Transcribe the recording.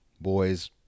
boys